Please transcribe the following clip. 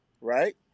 right